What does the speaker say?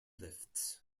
lifts